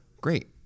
great